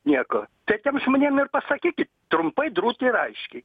nieko tai tiem žmonėm ir pasakykit trumpai drūtai ir aiškiai